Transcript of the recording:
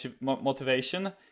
motivation